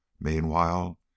Meanwhile